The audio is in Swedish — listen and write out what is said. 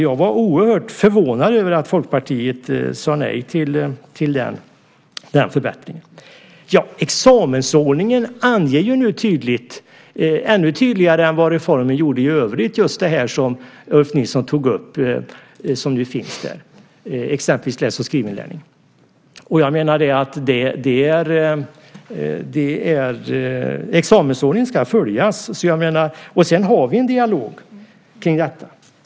Jag var oerhört förvånad över att Folkpartiet sade nej till den förbättringen. Examensordningen anger nu tydligt, ännu tydligare, det som Ulf Nilsson tog upp om läs och skrivinlärning. Examensordningen ska följas. Sedan för vi en dialog kring detta.